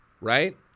right